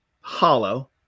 hollow